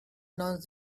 announce